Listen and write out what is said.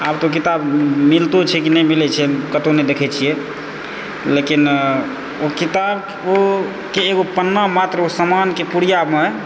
आब किताब मिलतो छै कि नहि मिलै छै कतौ नहि देखैत छियैक लेकिन ओ किताब ओकर एगो पन्ना मात्र ओ सामानके पुड़ियामे